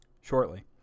shortly